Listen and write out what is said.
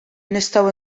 nistgħu